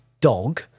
dog